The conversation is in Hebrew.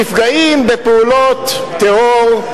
נפגעים בפעולות טרור,